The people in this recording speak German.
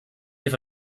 hier